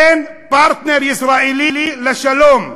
אין פרטנר ישראלי לשלום.